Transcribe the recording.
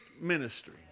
ministry